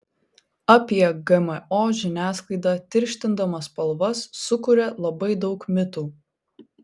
apie gmo žiniasklaida tirštindama spalvas sukuria labai daug mitų